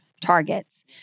Targets